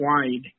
wide